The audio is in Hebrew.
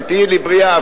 שתהיי לי בריאה.